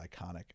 iconic